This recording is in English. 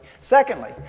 Secondly